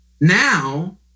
now